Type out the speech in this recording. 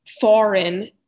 foreign